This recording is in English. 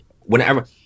whenever